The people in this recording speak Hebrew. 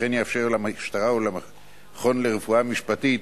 וכן יאפשר למשטרה ולמכון לרפואה משפטית,